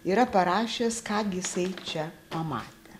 yra parašęs ką gi jisai čia pamatė